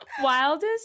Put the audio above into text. wildest